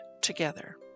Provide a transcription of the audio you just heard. together